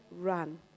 run